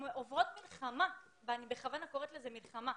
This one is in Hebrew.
עוברות מלחמה, ואני בכוונה קוראת לזה מלחמה.